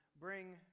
bring